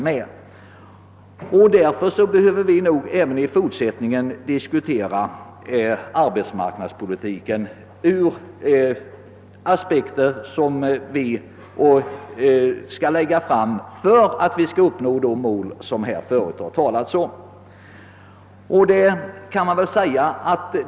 Även i fortsättningen behöver vi därför diskutera arbetsmarknadspolitiken ur den aspekten, om vi skall kunna uppnå de mål som här har angivits.